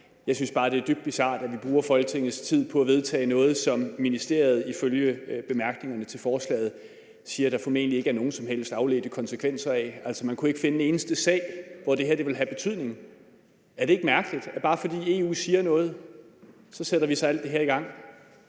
Jeg synes bare, det er dybt bizart, at vi bruger Folketingets tid på at vedtage noget, som ministeriet ifølge bemærkningerne til forslaget siger at der formentlig ikke er nogen som helst afledte konsekvenser af. Altså, man kunne ikke finde en eneste sag, hvor det her ville have betydning. Er det ikke mærkeligt, at vi, bare fordi EU siger noget, sætter alt det her i gang?